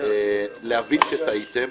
להבין שטעיתם.